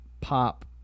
pop